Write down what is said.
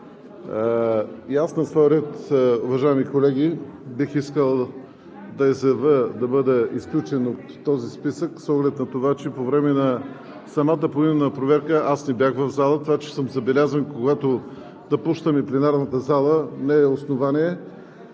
На свой ред, уважаеми колеги, бих искал да изявя да бъда изключен от този списък с оглед на това, че по време на самата поименна проверка не бях в залата. Това, че съм забелязан, когато напущаме пленарната зала, не е основание